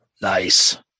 Nice